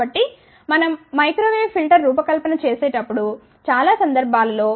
కాబట్టి మనం microwave filter రూపకల్పన చేసేటప్పుడు చాలా సందర్భాలలో 0